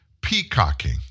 peacocking